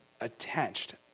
attached